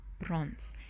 bronze